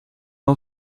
are